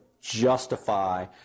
justify